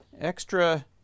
extra